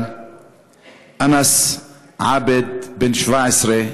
ואנאס עאבד ז"ל, בן 17,